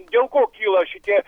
dėl ko kyla šitie